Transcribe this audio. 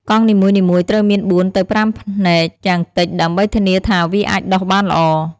កង់នីមួយៗត្រូវមាន ៤ ទៅ ៥ ភ្នែក យ៉ាងតិច ដើម្បីធានាថាវាអាចដុះបានល្អ។